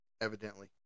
evidently